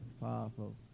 Powerful